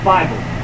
Bible